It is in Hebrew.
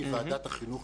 ועדת החינוך,